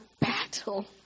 battle